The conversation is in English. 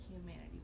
humanity